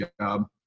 job